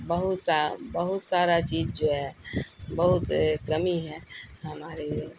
بہت سا بہت سارا چیز جو ہے بہت کمی ہے ہمارے لیے